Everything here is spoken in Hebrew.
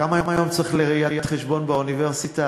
כמה היום צריך לראיית-חשבון באוניברסיטה,